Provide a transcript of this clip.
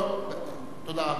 תודה רבה.